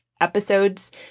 episodes